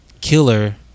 killer